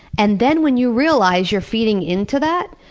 and then, when you realize you're feeding into that,